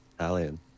alien